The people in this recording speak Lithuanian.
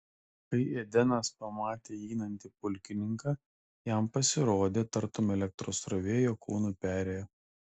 kai edenas pamatė įeinantį pulkininką jam pasirodė tartum elektros srovė jo kūnu perėjo